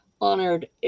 honored